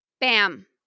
Bam